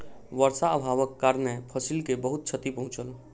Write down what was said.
वर्षा अभावक कारणेँ फसिल के बहुत क्षति पहुँचल